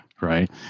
right